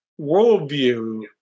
worldview